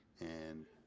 and